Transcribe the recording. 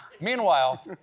Meanwhile